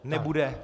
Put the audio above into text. Nebude.